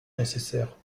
nécessaires